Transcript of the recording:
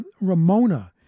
Ramona